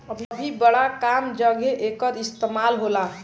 अभी बड़ा कम जघे एकर इस्तेमाल होला